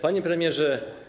Panie Premierze!